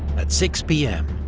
at six pm,